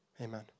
Amen